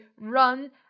run